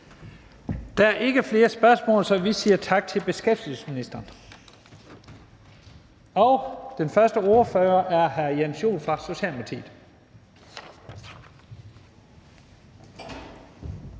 Der er ikke flere spørgsmål, så vi siger tak til beskæftigelsesministeren. Den første ordfører er hr. Jens Joel fra Socialdemokratiet.